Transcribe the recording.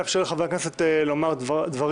נאפשר לחברי הכנסת לומר דברים,